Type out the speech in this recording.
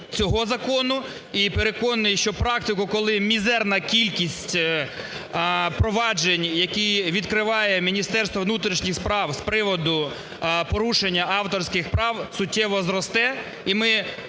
І переконаний, що практику, коли мізерна кількість проваджень, які відкриває Міністерство внутрішніх справ з приводу порушення авторських прав, суттєво зросте.